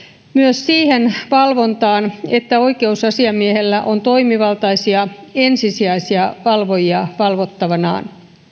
siihen valvontaan että oikeusasiamiehellä on toimivaltaisia ensisijaisia valvojia valvottavanaan